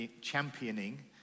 championing